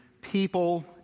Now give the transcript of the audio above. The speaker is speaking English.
people